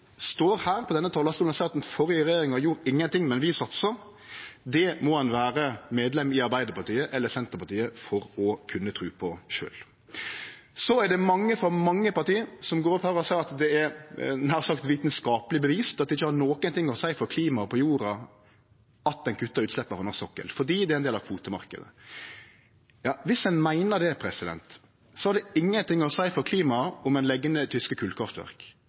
står her på denne talarstolen og seier at den førre regjeringa gjorde ingenting, men vi satsa – det må ein vere medlem i Arbeidarpartiet eller i Senterpartiet for å kunne tru på sjølv. Så er det mange, frå mange parti, som går opp her og seier at det nær sagt er vitskapeleg bevist at det ikkje har noko å seie for klima på jorda at ein kuttar utsleppa frå norsk sokkel, fordi det er ein del av kvotemarknaden. Ja, viss ein meiner det, så har det ingenting å seie for klimaet om ein legg ned tyske